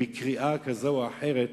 בקריאה כזאת או אחרת.